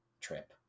trip